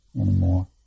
anymore